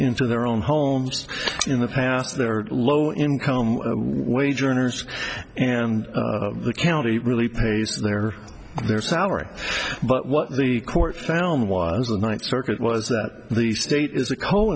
into their own homes in the past there are low income wage earners and the county really pays their their salary but what the court found was the ninth circuit was that the state is a co